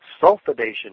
sulfidation